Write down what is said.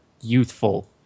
youthful